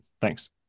Thanks